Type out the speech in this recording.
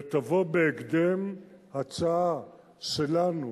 ותבוא בהקדם הצעה שלנו,